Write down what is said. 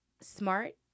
smart